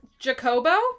Jacobo